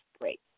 Great